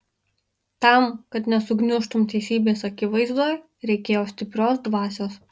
tam kad nesugniužtum teisybės akivaizdoj reikėjo stiprios dvasios